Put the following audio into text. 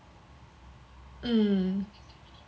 mm